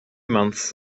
months